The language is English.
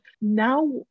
now